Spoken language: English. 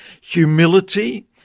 humility